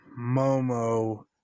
Momo